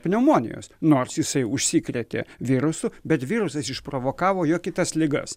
pneumonijos nors jisai užsikrėtė virusu bet virusas išprovokavo jo kitas ligas